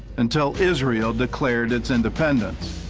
until israel declared its independence.